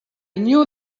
knew